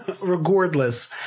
Regardless